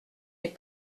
est